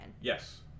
Yes